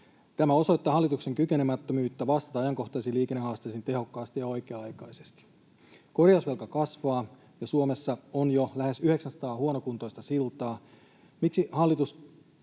Tämä osoittaa hallituksen kykenemättömyyttä vastata ajankohtaisiin liikennehaasteisiin tehokkaasti ja oikea-aikaisesti. Korjausvelka kasvaa, ja Suomessa on jo lähes 900 huonokuntoista siltaa.